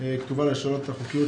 כתובה לשאלת החוקיות